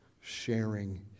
sharing